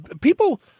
people